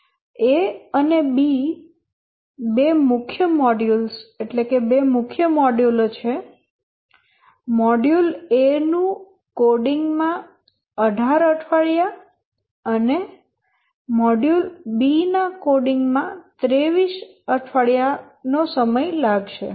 A અને B બે મુખ્ય મોડ્યુલો છે મોડ્યુલ A નું કોડિંગ માં 18 અઠવાડિયા અને મોડ્યુલ B નું કોડિંગ 23 અઠવાડિયા નો સમય લેશે